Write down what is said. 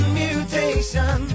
mutation